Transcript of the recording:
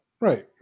Right